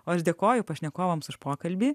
o aš dėkoju pašnekovams už pokalbį